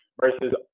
versus